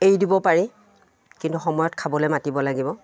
এৰি দিব পাৰি কিন্তু সময়ত খাবলৈ মাতিব লাগিব